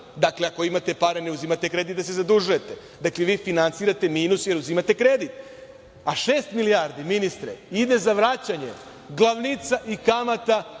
Dakle, ako imate pare, ne uzimate kredit da se zadužujete. Dakle, vi finansirate minus, jer uzimate kredit, a šest milijardi, ministre, ide za vraćanje glavnica i kamata